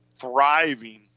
thriving